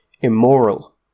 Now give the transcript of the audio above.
immoral